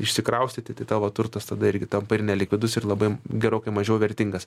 išsikraustyti tai tavo turtas tada irgi tampa ir nelikvidus ir labai gerokai mažiau vertingas